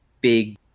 big